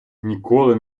ніколи